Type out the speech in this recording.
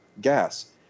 gas